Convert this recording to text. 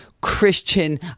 Christian